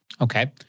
Okay